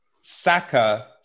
Saka